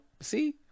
See